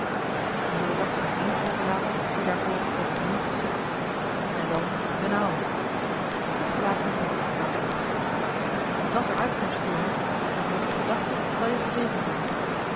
we zullen dat aan één overlaten die daarvoor ook het meest geschikt is en wel d'n ouwe het gelaat van paddeltje klaarde op dàt's een uitkomst stuurman en voor die gedachte zal je gezegend worden